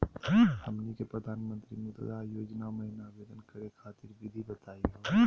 हमनी के प्रधानमंत्री मुद्रा योजना महिना आवेदन करे खातीर विधि बताही हो?